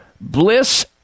Bliss